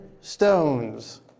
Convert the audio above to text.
stones